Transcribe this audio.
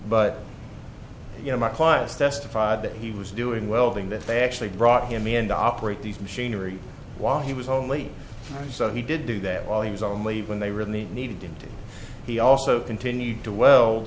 but you know my clients testified that he was doing welding that they actually brought him in and operate these machinery while he was only so he did do that while he was on leave when they were in the need and he also continued to wel